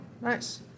nice